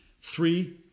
Three